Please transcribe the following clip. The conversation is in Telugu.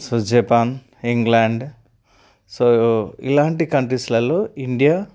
సో జపాన్ ఇంగ్లాండ్ సో ఇలాంటి కంట్రీస్లల్లో ఇండియా